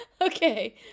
Okay